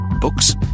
Books